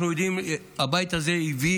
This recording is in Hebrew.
הבית הזה הביא